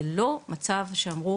זה לא מצב שאמרו,